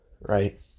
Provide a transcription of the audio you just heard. right